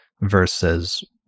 versus